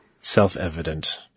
self-evident